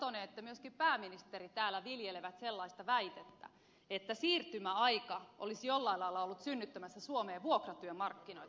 satonen että myöskin pääministeri täällä viljelevät sellaista väitettä että siirtymäaika olisi jollain lailla ollut synnyttämässä suomeen vuokratyömarkkinoita